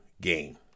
game